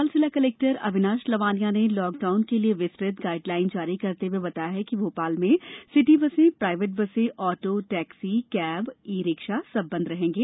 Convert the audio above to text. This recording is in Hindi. भोपाल जिला कलेक्टर अविनाश लवानिया ने लॉकडाउन के लिए विस्तृत गाइडलाइन जारी करते हुए बताया कि भोपाल में सिटी बसें प्राइवेट बसें auto taxi cab e rickshaw सब बंद रहेंगे